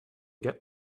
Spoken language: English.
get